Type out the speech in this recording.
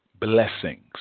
blessings